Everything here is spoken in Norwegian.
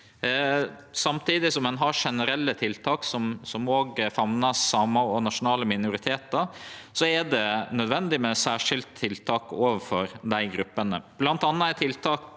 Samtidig som ein har generelle tiltak som òg famnar samar og andre nasjonale minoritetar, er det nødvendig med særskilte tiltak overfor desse gruppene.